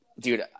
dude